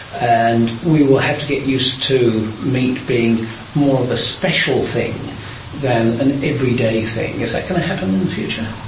and we will have to get used to meat being more of a special thing than an everyday thing. is that going to happen in the future?